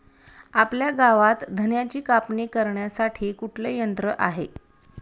आपल्या गावात धन्याची कापणी करण्यासाठी कुठले यंत्र आहे?